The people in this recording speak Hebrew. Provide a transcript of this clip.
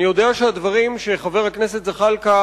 אני יודע שהדברים שחבר הכנסת זחאלקה